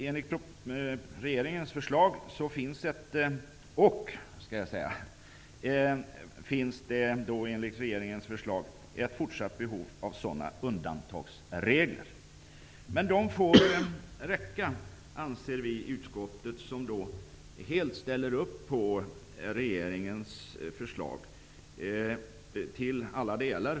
Enligt regeringens förslag finns det ett fortsatt behov av sådana undantagsregler. I utskottet anser vi att de får räcka, och ställer helt upp på regeringens förslag i alla delar.